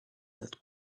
that